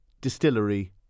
distillery